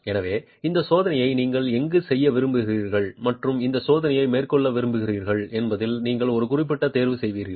எனவே இந்த சோதனையை நீங்கள் எங்கு செய்ய விரும்புகிறீர்கள் மற்றும் இந்த சோதனையை மேற்கொள்ள விரும்புகிறீர்கள் என்பதில் நீங்கள் ஒரு குறிப்பிட்ட தேர்வு செய்வீர்கள்